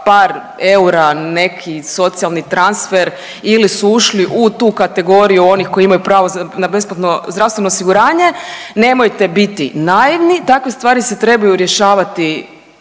par eura neki socijalni transfer ili su ušli u tu kategoriju onih koji imaju pravo na besplatno zdravstveno osiguranje, nemojte biti naivni, takve stvari se trebaju rješavati